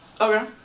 okay